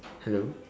hello